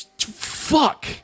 Fuck